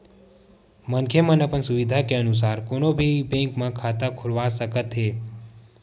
मनखे मन अपन सुबिधा के अनुसार कोनो भी बेंक म खाता खोलवा सकत हे